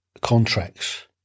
contracts